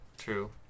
true